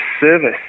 service